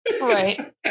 Right